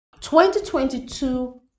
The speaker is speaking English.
2022